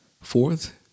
Fourth